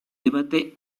debate